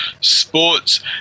sports